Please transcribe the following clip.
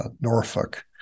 Norfolk